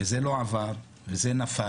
וזה לא עבר, וזה נפל,